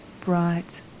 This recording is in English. bright